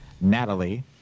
Natalie